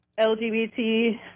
LGBT